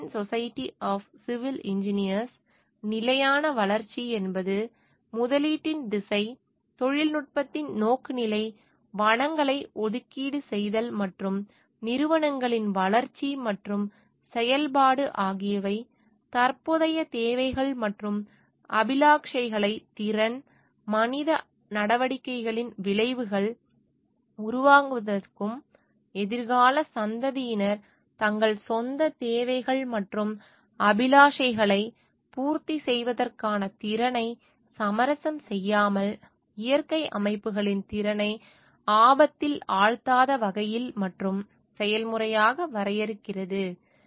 American society of civil engineers நிலையான வளர்ச்சி என்பது முதலீட்டின் திசை தொழில்நுட்பத்தின் நோக்குநிலை வளங்களை ஒதுக்கீடு செய்தல் மற்றும் நிறுவனங்களின் வளர்ச்சி மற்றும் செயல்பாடு ஆகியவை தற்போதைய தேவைகள் மற்றும் அபிலாஷைகளை திறன் மனித நடவடிக்கைகளின் விளைவுகளை உள்வாங்குவதற்கும் எதிர்கால சந்ததியினர் தங்கள் சொந்த தேவைகள் மற்றும் அபிலாஷைகளை பூர்த்தி செய்வதற்கான திறனை சமரசம் செய்யாமல் இயற்கை அமைப்புகளின் திறனை ஆபத்தில் ஆழ்த்தாத வகையில் மாற்றும் செயல்முறையாக வரையறுக்கிறது